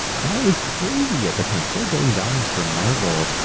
that was crazy at the time four billion dollars for marvel.